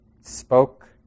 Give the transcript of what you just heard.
spoke